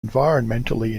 environmentally